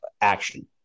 action